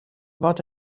wat